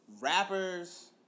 Rappers